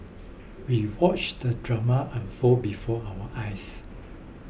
we watched the drama unfold before our eyes